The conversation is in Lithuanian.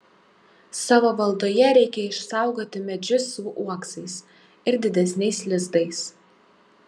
savo valdoje reikia išsaugoti medžius su uoksais ir didesniais lizdais